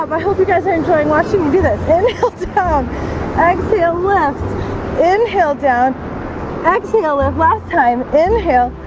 um i hope you guys are enjoying watching you do this very and cool to come exhale lift inhale down exhale lift last time inhale.